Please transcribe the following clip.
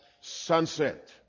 sunset